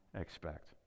expect